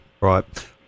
right